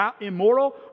immoral